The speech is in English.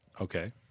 Okay